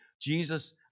Jesus